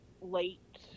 late